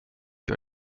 jag